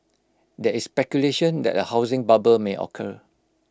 there is speculation that A housing bubble may occur